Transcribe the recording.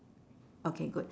okay good